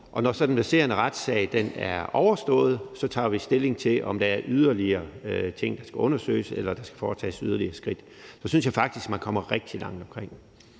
og når så den verserende retssag er overstået, tager vi stilling til, om der er yderligere ting, der skal undersøges, eller om der skal foretages yderligere skridt. Så jeg synes faktisk, man kommer rigtig langt omkring.